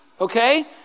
okay